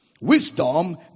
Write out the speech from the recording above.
Wisdom